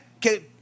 que